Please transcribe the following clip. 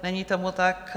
Není tomu tak.